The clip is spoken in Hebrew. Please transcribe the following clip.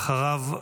ואחריו,